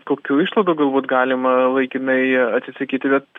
kokių išlaidų galbūt galima laikinai atsisakyti bet